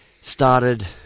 started